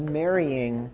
marrying